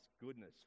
goodness